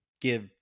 give